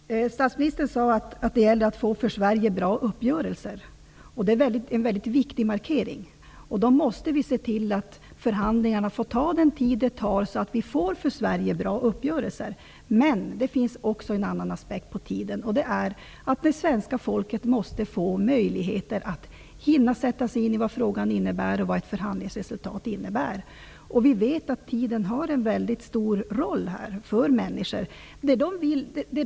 Fru talman! Statsministern sade att det gäller att få för Sverige bra uppgörelser, och det är en väldigt viktig markering. Då måste vi se till att förhandlingarna får ta den tid de tar, så att vi får för Sverige bra uppgörelser. Men det finns också en annan aspekt på tiden, nämligen att det svenska folket måste få möjligheter att hinna sätta sig in i vad frågan innebär och vad ett förhandlingsresultat innebär. Vi vet att tiden spelar en väldigt stor roll för människor.